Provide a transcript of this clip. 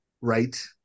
right